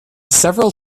several